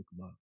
love